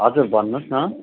हजुर भन्नु होस् न